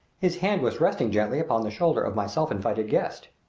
his hand was resting gently upon the shoulder of my self-invited guest.